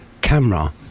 camera